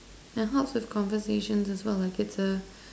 and helps with conversation as well like it's a